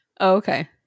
okay